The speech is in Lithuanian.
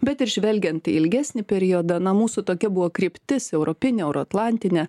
bet ir žvelgiant į ilgesnį periodą na mūsų tokia buvo kryptis europinė euro atlantinė